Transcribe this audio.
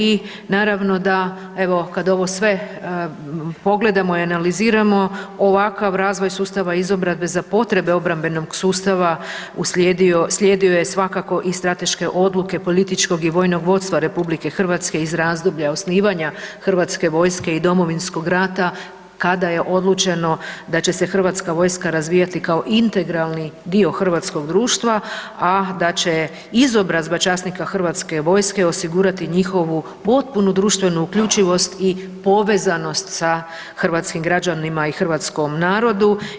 I naravno da evo kad ovo sve pogledamo i analiziramo ovakav razvoj sustava izobrazbe za potrebe obrambenog sustava uslijedio, slijedio je svakako i strateške odluke političkog i vojnog vodstva RH iz razdoblja osnivanja hrvatske vojske i Domovinskog rata kada je odlučeno da će se hrvatska vojska razvijati kao integralni dio hrvatskog društva, a da će izobrazba časnika hrvatske vojske osigurati njihovu potpunu društvenu uključivost i povezanost sa hrvatskim građanima i hrvatskom narodu.